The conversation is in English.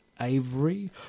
Avery